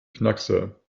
knackser